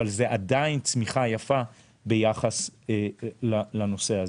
אבל זה עדיין צמיחה יפה ביחס לנושא הזה.